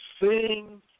sing